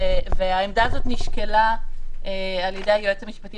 והעמדה הזאת נשקלה על-ידי היועץ המשפטי